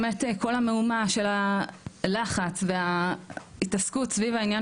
באמת כל המהומה של הלחץ וההתעסקות סביב העניין